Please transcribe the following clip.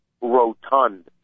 rotund